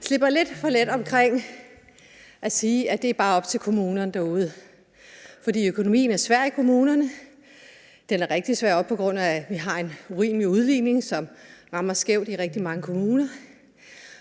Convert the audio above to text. slipper lidt for let omkring at sige, at det bare er op til kommunerne derude, for økonomien er svær i kommunerne. Den er rigtig svær, også på grund af at vi har en urimelig udligning, som rammer skævt i rigtig mange kommuner.